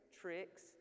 tricks